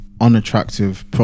unattractive